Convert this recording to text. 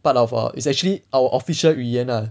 part of err it's actually our official 语言 ah